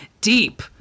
deep